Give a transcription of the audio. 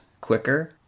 quicker